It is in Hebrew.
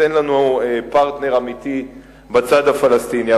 אין לנו פרטנר אמיתי בצד הפלסטיני.